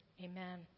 Amen